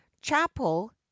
chapel